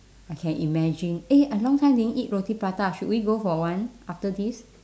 I can imagine eh I long time didn't eat roti prata should we go for one after this